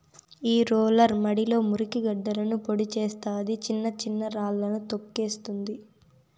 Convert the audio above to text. ఈ రోలర్ మడిలో మురికి గడ్డలను పొడి చేస్తాది, చిన్న చిన్న రాళ్ళను తోక్కేస్తుంది